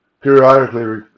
periodically